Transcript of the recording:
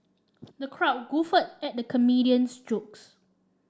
the crowd guffawed at the comedian's jokes